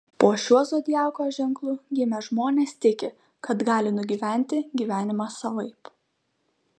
po šiuo zodiako ženklu gimę žmonės tiki kad gali nugyventi gyvenimą savaip